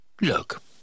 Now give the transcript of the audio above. Look